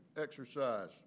exercise